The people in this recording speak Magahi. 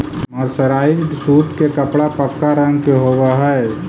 मर्सराइज्ड सूत के कपड़ा पक्का रंग के होवऽ हई